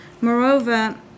Moreover